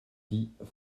dit